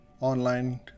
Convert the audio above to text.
online